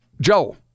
Joel